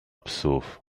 psów